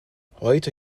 heute